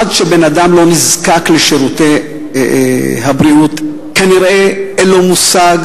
עד שבן-אדם לא נזקק לשירותי הבריאות כנראה אין לו מושג,